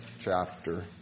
chapter